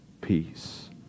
peace